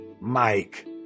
Mike